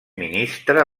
ministre